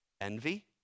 envy